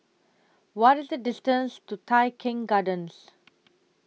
What IS The distance to Tai Keng Gardens